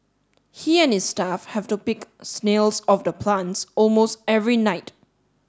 he and his staff have to pick snails off the plants almost every night